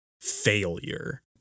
failure